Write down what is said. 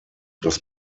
das